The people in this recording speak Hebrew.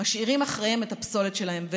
משאירים אחריהם את הפסולת שלהם,